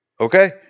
okay